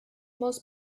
most